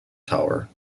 tower